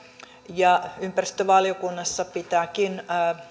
ja ympäristövaliokunnassa pitääkin